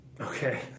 Okay